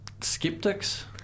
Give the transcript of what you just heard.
Skeptics